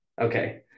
Okay